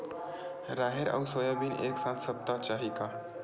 राहेर अउ सोयाबीन एक साथ सप्ता चाही का?